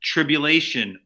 Tribulation